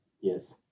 Yes